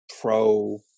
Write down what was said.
pro